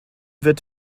wird